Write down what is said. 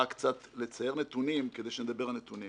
רק לצייר נתונים, כדי שנדבר על נתונים